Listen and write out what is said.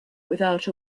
without